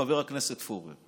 חבר הכנסת פורר,